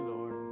Lord